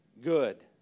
Good